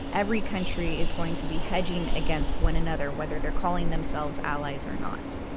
every country is going to be hedging against one another, whether they're calling themselves allies or not.